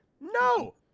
No